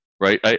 right